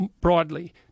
broadly